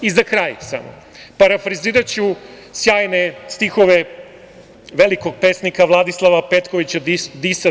I za kraj samo, parafraziraću sjajne stihove velikog pesnika Vladislava Petkovića Disa.